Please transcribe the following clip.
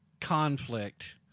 conflict